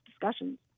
discussions